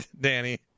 Danny